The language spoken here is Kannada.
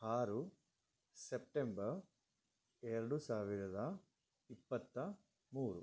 ಆರು ಸೆಪ್ಟೆಂಬರ್ ಎರಡು ಸಾವಿರದ ಇಪ್ಪತ್ತ ಮೂರು